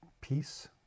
Peace